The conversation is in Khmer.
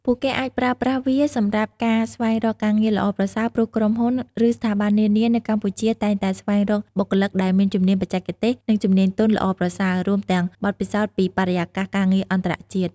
ពួកគេអាចប្រើប្រាស់វាសម្រាប់ការស្វែងរកការងារល្អប្រសើរ ព្រោះក្រុមហ៊ុន ឬស្ថាប័ននានានៅកម្ពុជាតែងតែស្វែងរកបុគ្គលិកដែលមានជំនាញបច្ចេកទេស និងជំនាញទន់ល្អប្រសើរ រួមទាំងបទពិសោធន៍ពីបរិយាកាសការងារអន្តរជាតិ។